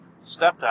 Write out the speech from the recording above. stepdad